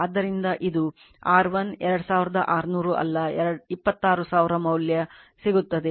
ಆದ್ದರಿಂದ ಇದು R1 26000 ಅಲ್ಲ 26000 ಮೌಲ್ಯ ಸಿಗುತ್ತದೆ